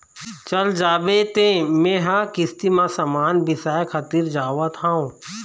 चल जाबे तें मेंहा किस्ती म समान बिसाय खातिर जावत हँव